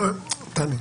טלי.